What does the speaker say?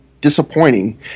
disappointing